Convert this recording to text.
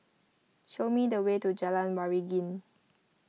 show me the way to Jalan Waringin